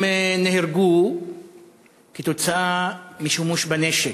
הם נהרגו כתוצאה משימוש בנשק: